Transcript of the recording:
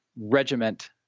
regiment